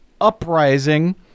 Uprising